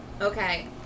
Okay